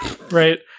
right